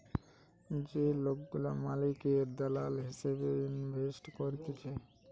যে লোকগুলা মালিকের দালাল হিসেবে ইনভেস্ট করতিছে